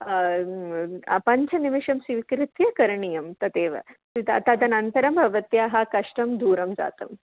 पञ्चनिमिषं स्वीकृत्य करणीयं तदेव तत् तदनन्तरं भवत्याः कष्टं दूरं जातम्